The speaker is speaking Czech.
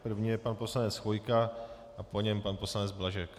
První je pan poslanec Chvojka a po něm pan poslanec Blažek.